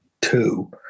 two